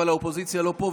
אבל האופוזיציה לא פה,